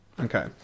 Okay